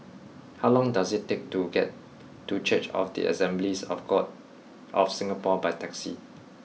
how long does it take to get to Church of the Assemblies of God of Singapore by taxi